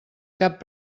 cap